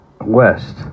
West